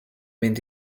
mynd